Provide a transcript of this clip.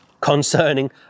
concerning